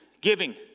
Giving